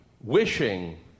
wishing